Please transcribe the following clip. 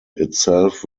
itself